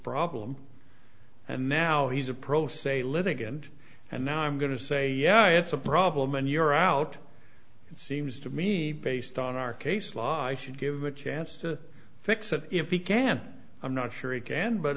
problem and now he's a pro se litigant and now i'm going to say yeah it's a problem and you're out it seems to me based on our case law i should give a chance to fix it if he can i'm not sure he can but